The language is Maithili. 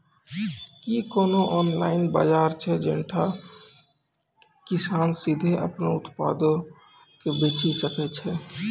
कि कोनो ऑनलाइन बजार छै जैठां किसान सीधे अपनो उत्पादो के बेची सकै छै?